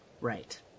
Right